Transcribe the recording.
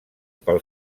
pel